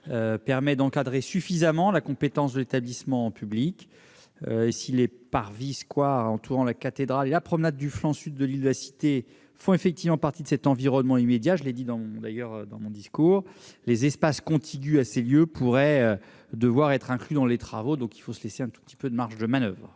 permet d'encadrer suffisamment la compétence de l'établissement public. Si le parvis et les squares entourant la cathédrale et la promenade du flanc sud de l'île de la Cité font effectivement partie de cet environnement immédiat, comme je l'ai d'ailleurs précisé dans mon discours, les espaces contigus à ces lieux pourraient devoir être inclus dans les travaux. Il faut se laisser une petite marge de manoeuvre.